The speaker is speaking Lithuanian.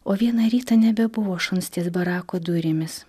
o vieną rytą nebebuvo šuns ties barako durimis